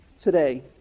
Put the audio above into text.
today